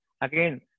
Again